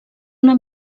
una